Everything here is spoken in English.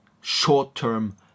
short-term